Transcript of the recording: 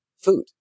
food